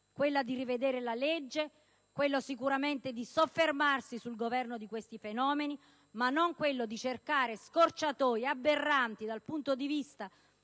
quella di rivedere la legge, quella, sicuramente, di soffermarsi sul governo di questi fenomeni, ma non quella di cercare scorciatoie aberranti dal punto di vista